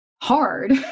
hard